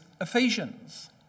Ephesians